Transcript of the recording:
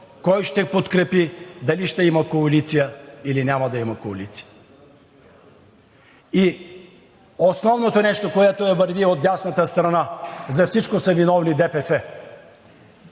кой ще подкрепи, дали ще има коалиция, или няма да има коалиция. Основното нещо, което върви от дясната страна – за всичко са виновни ДПС!